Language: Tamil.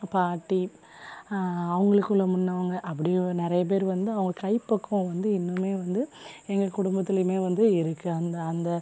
பாட்டி அவங்களுக்கு உள்ள முன்னவங்க அப்படி நிறைய பேர் வந்து அவங்க கைப்பக்குவம் வந்து இன்னுமே வந்து எங்கள் குடும்பத்துலேயுமே வந்து இருக்குது அந்த அந்த